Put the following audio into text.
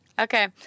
Okay